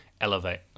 elevate